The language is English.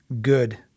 good